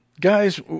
Guys